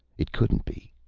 it couldn't be.